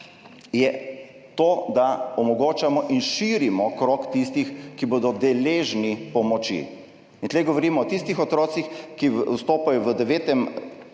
je to, da omogočamo in širimo krog tistih, ki bodo deležni pomoči. Tu govorimo o tistih otrocih, ki vstopajo v 9.